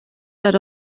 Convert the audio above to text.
that